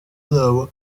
zabo